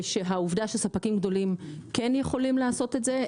והעובדה שספקים גדולים כן יכולים לעשות את זה,